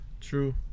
true